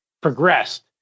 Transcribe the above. progressed